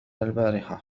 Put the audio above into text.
البارحة